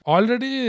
Already